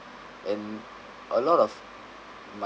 and a lot of my